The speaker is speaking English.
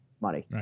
money